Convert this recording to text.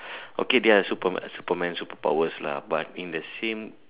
okay there are Superman Superman superpowers lah but in the same